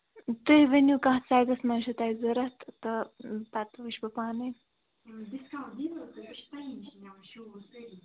تُہۍ ؤنِو کتھ سایزس منٛز چھُو تۅہہِ ضروٗرت تہٕ پَتہٕ وُچھٕ بہٕ پانےَ